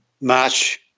March